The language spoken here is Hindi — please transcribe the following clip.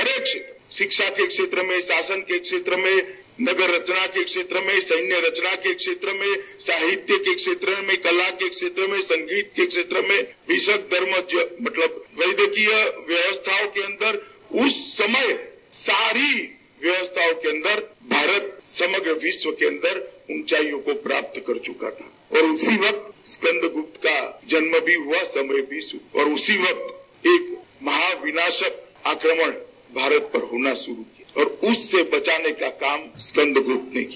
हर एक शिक्षा के क्षेत्र में शासन के क्षेत्र में नगर रचना के क्षेत्र में सैन्य रचना के क्षेत्र में साहित्य के क्षेत्र में कला के क्षेत्र में संगीत के क्षेत्र में भीष्मधर्मज्य मतलब वैदिकीय व्यवस्थाओं के अंदर उस समय सारी व्यवस्थाओं के अन्दर भारत समग्र विश्व के अंदर ऊंचाइयों को प्राप्त कर चुका था और उसी वक्त स्कन्द गुप्त का जन्म भी हुआ और वक्त एक महाविनाशक आक्रमण भारत पर होना शुरू हुआ और उससे बचाने का काम स्कन्द गुप्त ने किया